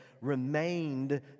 remained